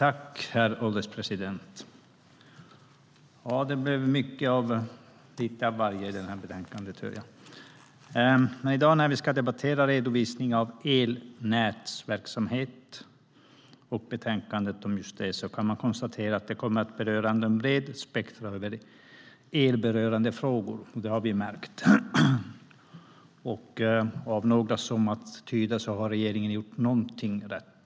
Herr ålderspresident! Det blev mycket om lite av varje i det här betänkandet, hör jag. I dag när vi debatterar redovisning av elnätsverksamhet och betänkandet om just detta kan man konstatera att det kommer att beröra ett brett spektrum av frågor som berör el. Det har vi märkt. Av några talare att döma har regeringen också gjort någonting rätt.